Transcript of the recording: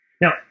Now